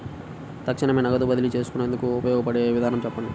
తక్షణమే నగదు బదిలీ చేసుకునేందుకు ఉపయోగపడే విధానము చెప్పండి?